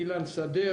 אילן שדה,